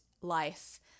life